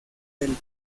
del